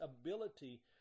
ability